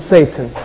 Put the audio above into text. Satan